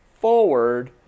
forward